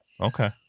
Okay